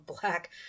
black